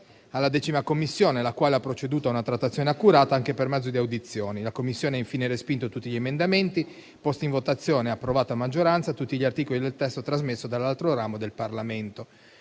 alla 10a Commissione, la quale ha proceduto a una trattazione accurata anche per mezzo di audizioni. La Commissione ha infine respinto tutti gli emendamenti posti in votazione e ha approvato a maggioranza tutti gli articoli del testo trasmesso dall'altro ramo del Parlamento.